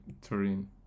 Turin